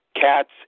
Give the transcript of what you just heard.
Cats